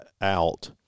out